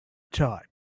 time